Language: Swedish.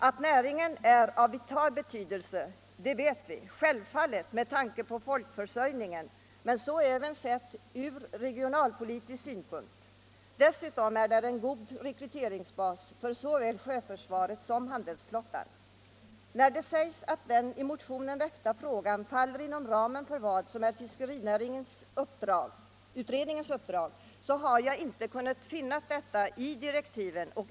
Att näringen är av vital betydelse vet vi — det är självfallet med tanke på folkförsörjningen och även sett från regionalpolitisk synpunkt. Dessutom är den en god rekryteringsbas för såväl sjöförsvaret som handelsflottan. När det sägs att den i motionen väckta frågan faller inom ramen för fiskeriutredningens uppdrag, så har jag inte kunnat finna detta i direktiven.